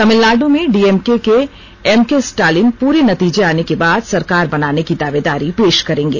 तमिलनाडू में डीएमके के एम के स्टालिन पूरे नतीजे आने के बाद सरकार बनाने की दावेदारी पेष करेंगे